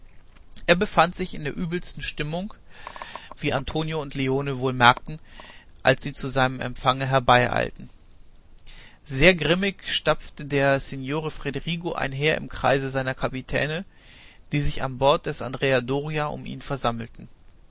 er befand sich in der übelsten stimmung wie antonio und leone wohl merkten als sie zu seinem empfange herbeieilten sehr grimmig stapfte der signore federigo einher im kreise seiner kapitäne die sich an bord des andrea doria um ihn versammelten